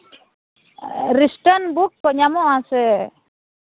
restaurant ᱠᱚ book ᱧᱟᱢᱚᱜ ᱟᱥᱮ